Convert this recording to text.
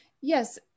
yes